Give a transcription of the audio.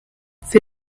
für